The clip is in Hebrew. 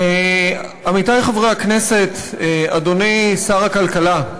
עמיתי חברי הכנסת, אדוני שר הכלכלה,